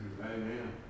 Amen